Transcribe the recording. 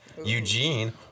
Eugene